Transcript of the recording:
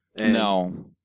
No